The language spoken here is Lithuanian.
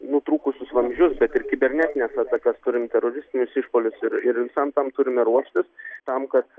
nutrūkusius vamzdžius bet ir kibernetines atakas turim teroristinius išpuolius ir ir visam tam turime ruoštis tam kad